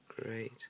great